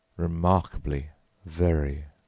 remarkable very!